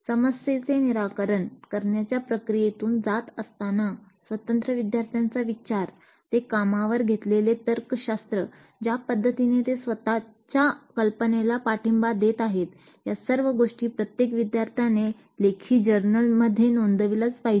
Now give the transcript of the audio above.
समस्येचे निराकरण करण्याच्या प्रक्रियेतून जात असताना स्वतंत्र विद्यार्थ्यांचा विचार ते कामावर घेतलेले तर्कशास्त्र ज्या पद्धतीने ते स्वत च्या कल्पनेला पाठिंबा देत आहेत या सर्व गोष्टी प्रत्येक विद्यार्थ्याने लेखी जर्नलमध्ये नोंदविलाच पाहिजे